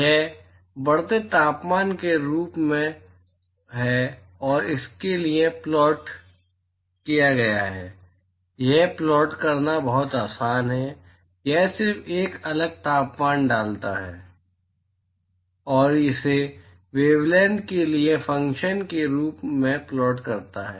यह बढ़ते तापमान के रूप में है और इसके लिए प्लॉट किया गया है यह प्लॉट करना बहुत आसान है यह सिर्फ एक अलग तापमान डालता है और इसे वेवलैंथ के एक फ़ंक्शन के रूप में प्लॉट करता है